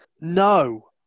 No